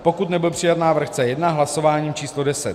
pokud nebyl přijat návrh C1 hlasováním č. deset